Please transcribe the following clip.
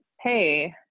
Hey